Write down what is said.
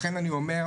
לכן אני אומר,